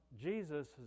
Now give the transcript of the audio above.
Jesus